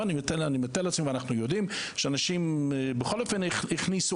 אני מתאר לעצמי ואנחנו יודעים שאנשים בכל אופן הכניסו